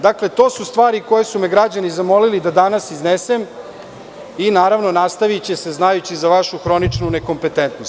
Dakle, to su stvari koje su me građani zamolili da danas iznesem i naravno nastaviće se znajući za vašu hroničnu nekompetentnost.